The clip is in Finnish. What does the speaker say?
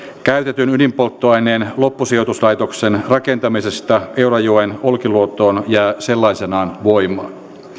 käytetyn ydinpolttoaineen loppusijoituslaitoksen rakentamisesta eurajoen olkiluotoon jää sellaisenaan voimaan